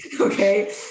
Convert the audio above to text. okay